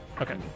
Okay